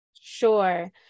Sure